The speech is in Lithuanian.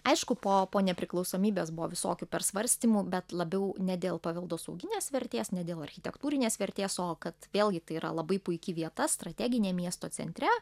aišku po po nepriklausomybės buvo visokių per svarstymų bet labiau ne dėl paveldosauginės vertės ne dėl architektūrinės vertės o kad vėlgi tai yra labai puiki vieta strateginė miesto centre